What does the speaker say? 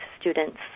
students